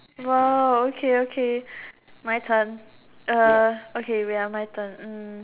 !wow! okay okay my turn uh okay wait ah my turn um